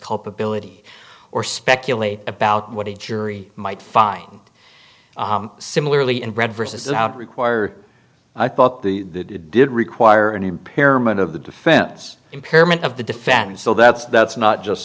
culpability or speculate about what a jury might find similarly in red versus out require i thought the did require an impairment of the defense impairment of the defense so that's that's not just